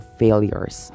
failures